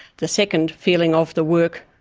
the second, feeling of the work,